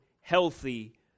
healthy